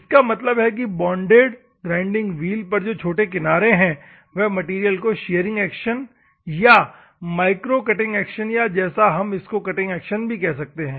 इसका मतलब है कि बॉन्डेड ग्राइंडिंग व्हील पर जो छोटे किनारे हैं वह मैटेरियल को शीअरिंग एक्शन या माइक्रो कटिंग एक्शन या जैसा हम इसको कटिंग एक्शन भी कह सकते है